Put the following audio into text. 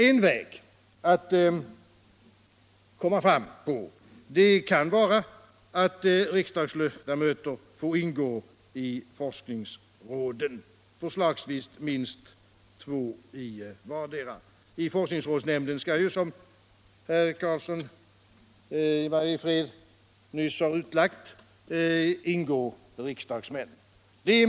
En väg att gå fram på kan vara att riksdagsledamöter får ingå i forskningsråden, förslagsvis minst två i vartdera. I forskningsrådsnämnden skall, som herr Karlsson i Mariefred nyss har utlagt, ingå riksdagsmän.